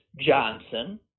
Johnson